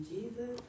Jesus